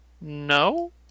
No